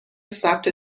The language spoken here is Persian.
ثبت